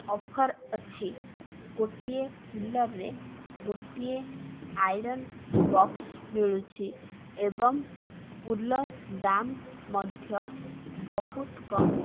offer ଅଛି ଗୋଟିଏ କୁଲରରେ ଗୋଟିଏ ଆଇରନ୍ ବକ୍ସ ମିଳୁଛି ଏବଂ କୁଲର ଦାମ ମଧ୍ୟ ବହୁତ କମ୍